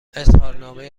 اظهارنامه